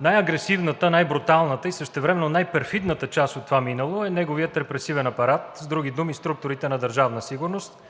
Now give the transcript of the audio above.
Най-агресивната, най-бруталната и същевременно най-перфидната част от това минало е неговият репресивен апарат, с други думи структурите на Държавна сигурност,